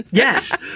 yes,